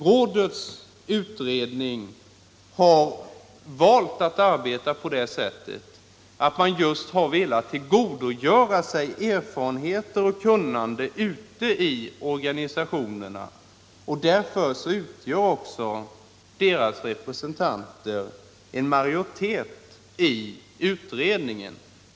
Rådets utredning har valt att arbeta på det sättet att man just har velat tillgodogöra sig erfarenheter och kunnande ute i organisationerna. Därför utgör också deras representanter en majoritet i utredningen.